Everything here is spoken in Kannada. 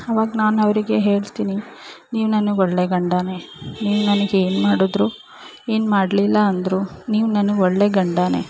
ಅವಾಗ ನಾನು ಅವರಿಗೆ ಹೇಳ್ತೀನಿ ನೀವು ನನಗೆ ಒಳ್ಳೆಯ ಗಂಡಾನೆ ನೀವು ನನಗೆ ಏನು ಮಾಡಿದ್ರು ಏನು ಮಾಡಲಿಲ್ಲ ಅಂದರೂ ನೀವು ನನಗೆ ಒಳ್ಳೆಯ ಗಂಡಾನೆ